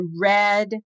red